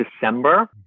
December